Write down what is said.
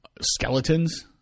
skeletons